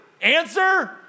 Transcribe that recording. Answer